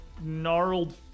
gnarled